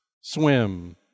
swim